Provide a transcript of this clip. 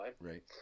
right